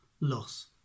loss